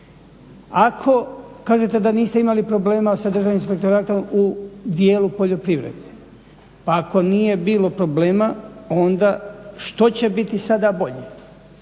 Ako kažete da niste imali problema sa državnim inspektoratom u dijelu poljoprivrede. Ako nije bilo problema onda što će biti sada bolje.